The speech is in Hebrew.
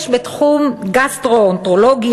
יש בתחום גסטרואנטרולוגיה,